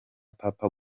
papa